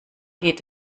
geht